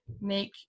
make